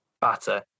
batter